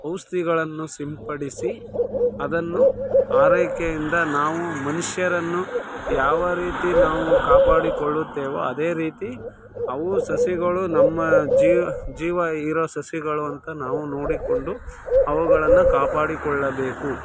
ಔಷಧಿಗಳನ್ನು ಸಿಂಪಡಿಸಿ ಅದನ್ನು ಆರೈಕೆಯಿಂದ ನಾವು ಮನುಷ್ಯರನ್ನು ಯಾವ ರೀತಿ ನಾವು ಕಾಪಾಡಿಕೊಳ್ಳುತ್ತೇವೋ ಅದೇ ರೀತಿ ಅವು ಸಸಿಗಳು ನಮ್ಮ ಜೀವ ಇರೋ ಸಸಿಗಳು ಅಂತ ನಾವು ನೋಡಿಕೊಂಡು ಅವುಗಳನ್ನು ಕಾಪಾಡಿಕೊಳ್ಳಬೇಕು